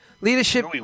Leadership